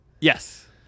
Yes